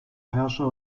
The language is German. herrscher